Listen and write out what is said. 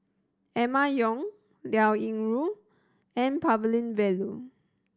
Emma Yong Liao Yingru N